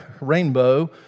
rainbow